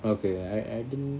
okay I I didn't